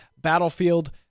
Battlefield